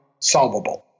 solvable